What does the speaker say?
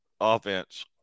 offense